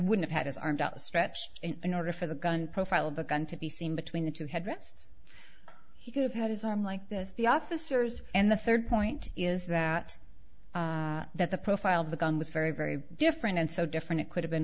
would have had his arms outstretched in order for the gun profile of the gun to be seen between the two headrests he could've had his arm like this the officers and the third point is that that the profile of the gun was very very different and so different it could have been